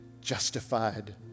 justified